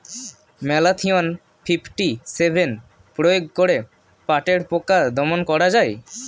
Malathion fifty seven প্রয়োগ করে পাটের পোকা দমন করা যায়?